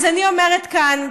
אז אני אומרת כאן,